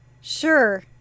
sure